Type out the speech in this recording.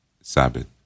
Sabbath